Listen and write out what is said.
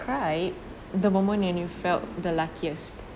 describe the moment when you felt the luckiest